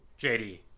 JD